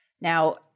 Now